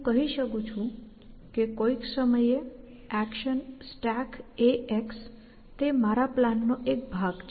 હું કહી શકું છું કે કોઈક સમયે એક્શન StackAx તે મારા પ્લાનનો એક ભાગ છે